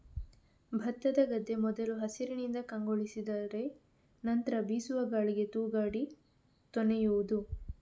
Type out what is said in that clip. ಭತ್ತದ ಗದ್ದೆ ಮೊದಲು ಹಸಿರಿನಿಂದ ಕಂಗೊಳಿಸಿದರೆ ನಂತ್ರ ಬೀಸುವ ಗಾಳಿಗೆ ತೂಗಾಡಿ ತೊನೆಯುವುದು